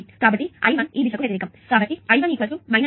కాబట్టి I1 ఈ దిశకు వ్యతిరేకం కాబట్టి I1 10 మిల్లియాంప్స్